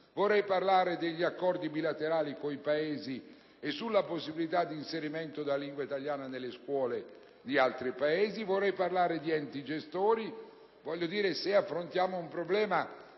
vorrei parlare degli accordi bilaterali sulla possibilità di inserimento della lingua italiana nelle scuole di altri Paesi; vorrei parlare di enti gestori. Se affrontiamo un problema,